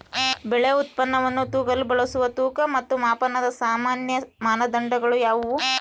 ಬೆಳೆ ಉತ್ಪನ್ನವನ್ನು ತೂಗಲು ಬಳಸುವ ತೂಕ ಮತ್ತು ಮಾಪನದ ಸಾಮಾನ್ಯ ಮಾನದಂಡಗಳು ಯಾವುವು?